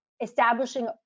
Establishing